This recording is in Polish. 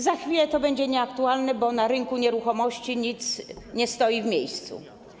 Za chwilę to będzie nieaktualne, bo na rynku nieruchomości nic nie stoi w miejscu.